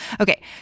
Okay